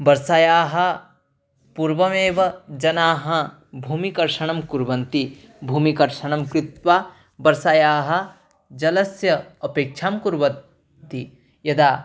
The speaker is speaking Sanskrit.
वर्षायाः पूर्वमेव जनाः भूमिकर्षणं कुर्वन्ति भूमिकर्षणं कृत्वा वर्षायाः जलस्य अपेक्षा कुर्वन्ति यदा